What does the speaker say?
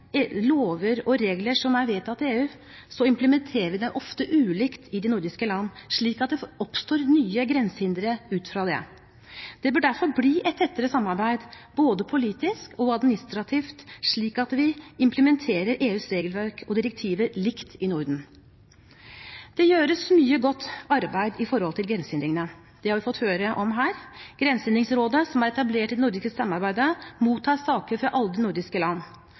lover og regler som er vedtatt i EU, implementerer vi dem ofte ulikt i de nordiske land, slik at det oppstår nye grensehindre. Det bør derfor bli et tettere samarbeid både politisk og administrativt, slik at vi implementerer EUs regelverk og direktiver likt i Norden. Det gjøres mye godt arbeid når det gjelder grensehindringene. Det har vi fått høre om her. Grensehinderrådet som er etablert i det nordiske samarbeidet, mottar saker fra alle de nordiske land,